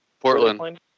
Portland